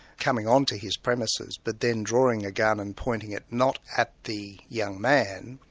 coming on to his premises. but then drawing a gun and pointing it not at the young man,